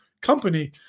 company